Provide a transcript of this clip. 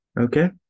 Okay